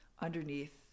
underneath